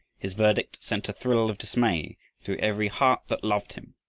his verdict sent a thrill of dismay through every heart that loved him,